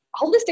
holistic